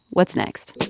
what's next?